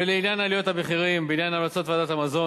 ולעניין עליות המחירים: בעניין המלצות ועדת המזון,